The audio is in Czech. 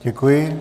Děkuji.